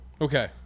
Okay